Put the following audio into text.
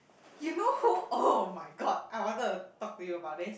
you know who oh-my-god I wanted to talk to you about it